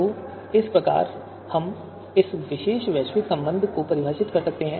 तो इस प्रकार हम इस विशेष वैश्विक संबंध को परिभाषित कर सकते हैं